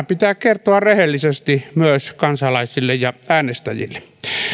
pitää kertoa rehellisesti myös kansalaisille ja äänestäjille